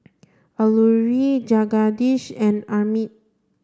Alluri Jagadish and Amit